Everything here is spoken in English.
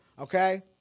okay